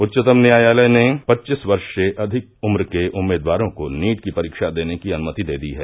उच्चतम न्याययालय ने पच्चीस वर्ष से अधिक उम्र के उम्मीदवारों को नीट की परीक्षा देने की अनुमति दे दी है